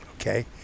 Okay